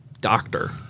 doctor